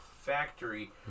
factory